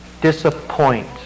disappoint